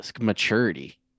maturity